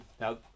now